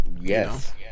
yes